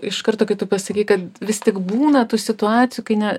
iš karto kai tu pasakei kad vis tik būna tų situacijų kai ne